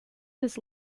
his